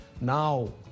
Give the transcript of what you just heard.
now